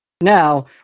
Now